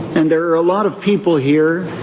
and there are a lot of people here,